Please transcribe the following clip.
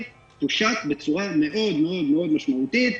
הופשט בצורה מאוד מאוד מאוד משמעותית.